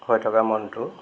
হৈ থকা মনটো